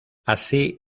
así